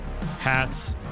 hats